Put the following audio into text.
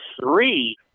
three